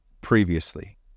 previously